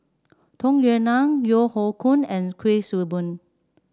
Tung Yue Nang Yeo Hoe Koon and Kuik Swee Boon